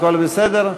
הכול בסדר?